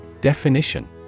Definition